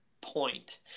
point